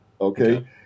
Okay